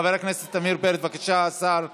חבר הכנסת עמיר פרץ, בבקשה, השר.